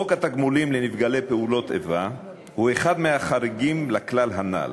חוק התגמולים לנפגעי פעולות איבה הוא אחד מהחריגים לכלל הנ"ל,